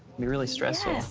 be really stressful. yes,